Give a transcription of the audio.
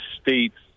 states